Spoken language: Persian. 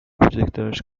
کوچیکترش